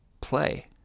play